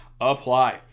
apply